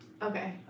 Okay